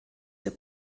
der